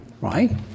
Right